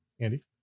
Andy